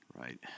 right